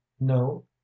no